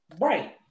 Right